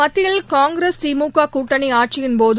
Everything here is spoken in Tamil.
மத்தியில் காங்கிரஸ் திமுக கூட்டணி ஆட்சியின்போது